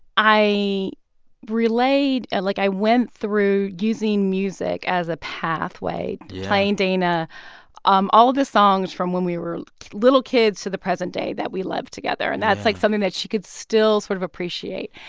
i relayed and like i went through using music as a pathway, playing dana um all of the songs from when we were little kids to the present day that we loved together. and that's like something that she could still sort of appreciate.